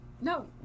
no